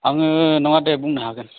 आङो नङा दे बुंनो हागोन